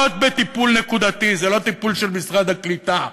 לא בטיפול נקודתי, זה לא טיפול של משרד הקליטה,